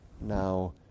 now